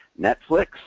Netflix